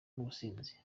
n’ubusinzi